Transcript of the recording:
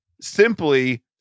simply